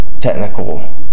technical